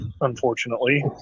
unfortunately